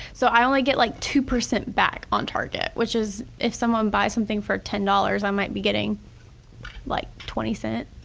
so i only get like two percent back on target which is if someone buys something for ten dollars, i might be getting like twenty cent,